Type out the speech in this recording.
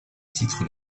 titre